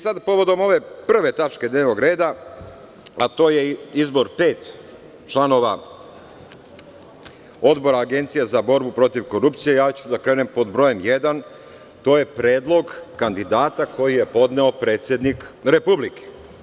Sada, povodom ove prve tačke dnevnog reda, a to je izbor pet članova Odbora Agencije za borbu protiv korupcije, ja ću da krenem pod bojem jedan, a to je predlog kandidata koji je podneo predsednik Republike.